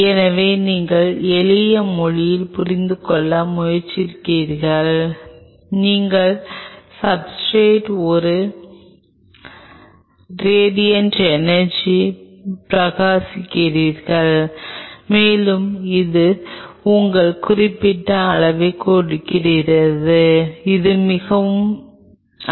எனவே நீங்கள் எளிய மொழியில் புரிந்து கொள்ள முயற்சிக்கிறீர்கள் நீங்கள் சப்ஸ்ர்டேட் ஒரு ராடியன்ட் எனர்ஜி பிரகாசிக்கிறீர்கள் மேலும் அது உங்கள் குறிப்பிட்ட அளவைக் கொண்டிருக்கிறது அது மிக அதிகமாக இல்லை